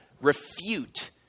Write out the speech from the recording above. refute